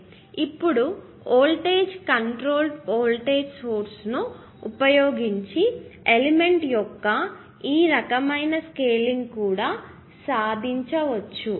కాబట్టి ఇప్పుడు voltage controlled voltage source ను ఉపయోగించి ఎలిమెంట్ యొక్క ఈ రకమైన స్కేలింగ్ కూడా సాధించవచ్చు